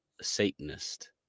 Satanist